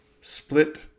split